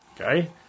Okay